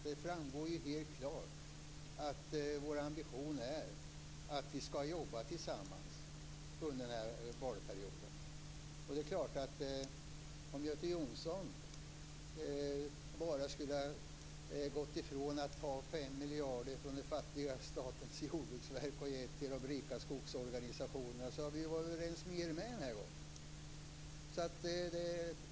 Det framgår ju helt klart att vår ambition är att vi skall jobba tillsammans under den här mandatperioden. Det är klart att om Göte Jonsson bara skulle ha gått ifrån detta att ta fem miljarder från det fattiga Statens jordbruksverk och ge till de rika skogsorganisationerna så hade vi varit överens med er också den här gången.